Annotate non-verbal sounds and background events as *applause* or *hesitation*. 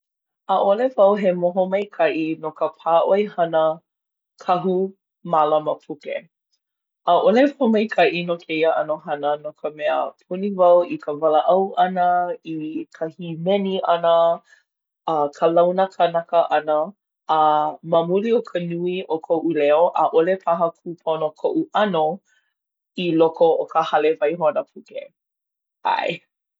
ʻAʻole wau he moho maikaʻi no ka pāʻoihana *hesitation* kahu mālama puke. ʻAʻole wau maikaʻi no kēia ʻano hana no ka mea, puni wau i ka walaʻau ʻana, i ka hīmeni ʻana, a ka launa kanaka ʻana. A ma muli o ka nui o koʻu leo ʻaʻole paha kūpono koʻu ʻano *hesitation* i loko o ka hale waihona puke. ʻAe.